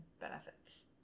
benefits